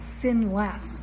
sinless